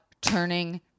turning